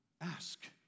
ask